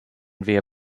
via